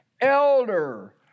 elder